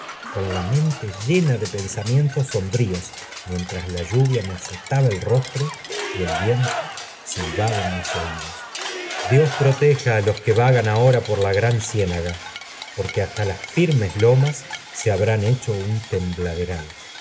con la mente llena de pensamkn l tos sombríos mientras la lluvia me azotaba el rostro y el viento silbaba en mis oídos j dios proteja á lo que vagan ahora por la gran ciénaga por í que hasta las firmes lomas se habrán hecho un